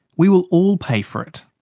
we will all pay for it.